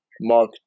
Mark